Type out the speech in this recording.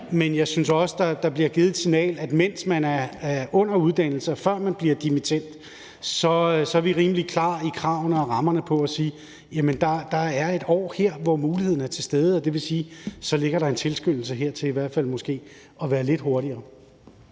men jeg synes også, der bliver givet det signal, at mens man er under uddannelse, før man bliver dimittend, er vi rimelig klare i kravene og rammerne ved at sige: Der er et år her, hvor muligheden er til stede, og det vil sige, at så ligger der en tilskyndelse her til i hvert